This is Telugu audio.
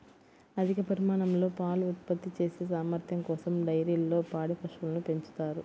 అధిక పరిమాణంలో పాలు ఉత్పత్తి చేసే సామర్థ్యం కోసం డైరీల్లో పాడి పశువులను పెంచుతారు